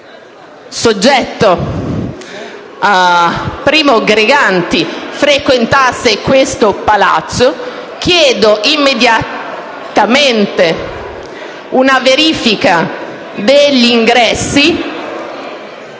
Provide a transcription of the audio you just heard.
soggetto, Primo Greganti, frequentava questo Palazzo, chiedo immediatamente una verifica degli ingressi.